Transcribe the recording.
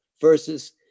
versus